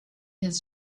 his